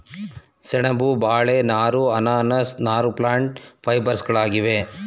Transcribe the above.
ಸೆಣಬು, ಬಾಳೆ ನಾರು, ಅನಾನಸ್ ನಾರು ಪ್ಲ್ಯಾಂಟ್ ಫೈಬರ್ಸ್ಗಳಾಗಿವೆ